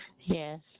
Yes